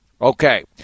Okay